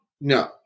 No